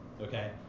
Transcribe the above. Okay